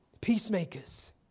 peacemakers